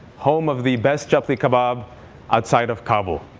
home of the best chutney kabab outside of kabul.